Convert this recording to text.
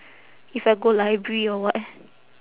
if I go library or what